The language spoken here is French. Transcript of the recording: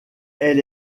elle